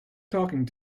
talking